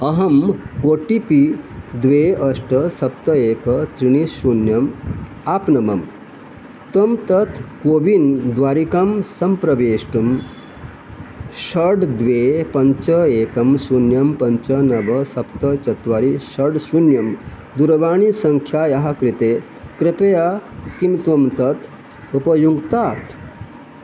अहम् O T P द्वे अष्ट सप्त एकं त्रीणि शून्यम् आप्नवं त्वं तत् कोविन् द्वारिकां सम्प्रवेष्टुं षड् द्वे पञ्च एकं शून्यं पञ्च नव सप्त चत्वारि षड् शून्यं दूरवाणीसङ्ख्यायाः कृते कृपया किं त्वं तत् उपयुङ्क्तात्